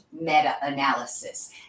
meta-analysis